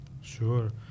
sure